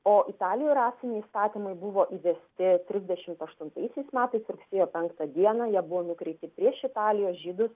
o italijoj rasiniai įstatymai buvo įvesti trisdešimt aštuntaisiais metais rugsėjo penktą dieną jie buvo nukreipti prieš italijos žydus